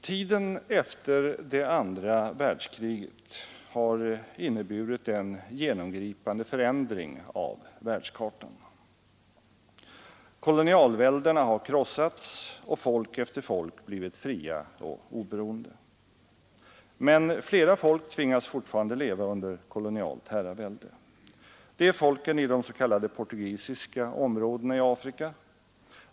Tiden efter det andra världskriget har inneburit en genomgripande förändring av världskartan. Kolonialväldena har krossats och folk efter folk blivit fria och oberoende. Men flera folk tvingas fortfarande leva under kolonialt herravälde. Det är folken i de s.k. portugisiska områdena i Afrika.